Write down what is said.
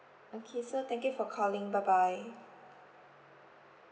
okay so thank you for calling bye bye